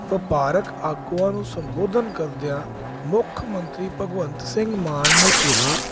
ਵਪਾਰਕ ਆਗੂਆਂ ਨੂੰ ਸੰਬੋਧਨ ਕਰਦਿਆਂ ਮੁੱਖ ਮੰਤਰੀ ਭਗਵੰਤ ਸਿੰਘ ਮਾਨ ਨੇ ਕਿਹਾ